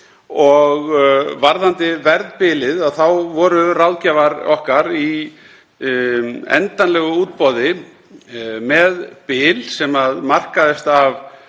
Varðandi verðbilið þá voru ráðgjafar okkar í endanlegu útboði með bil sem markaðist af